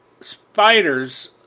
spiders